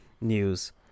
news